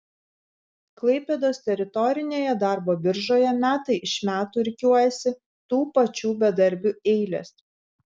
klaipėdos teritorinėje darbo biržoje metai iš metų rikiuojasi tų pačių bedarbių eilės